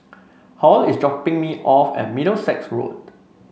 Hall is dropping me off at Middlesex Road